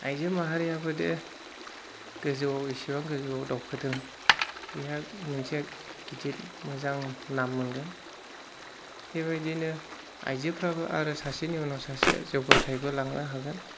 आइजो माहारियाबो दि गोजौआव इसेबां गोजौआव दावखोदों बेहा मोनसे गिदिर मोजां नाम मोनगोन बेबायदिनो आइजोफोराबो आरो सासेनि उनाव सासे जौगाथायबो लांनो हागोन